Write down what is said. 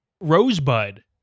Rosebud